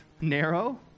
narrow